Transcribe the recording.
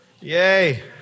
Yay